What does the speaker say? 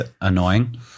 annoying